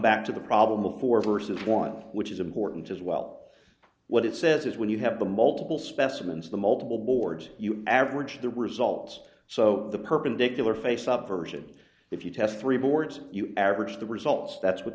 back to the problem of four versus one which is important as well what it says is when you have the multiple specimens the multiple boards you average the results so the perpendicular face up version if you test three boards you average the results that's what